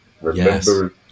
Remember